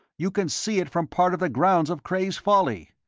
you can see it from part of the grounds of cray's folly.